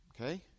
okay